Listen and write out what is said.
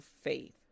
faith